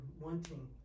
wanting